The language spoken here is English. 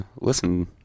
listen